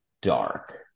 dark